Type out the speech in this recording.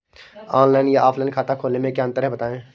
Online या offline खाता खोलने में क्या अंतर है बताएँ?